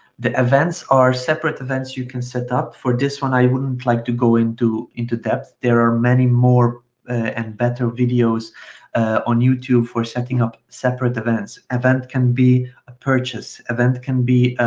the events are separate events, you can set up. for this one i wouldn't like to go into into depth. there are many more and better videos on youtube for setting up separate events. event can be a purchase, event can be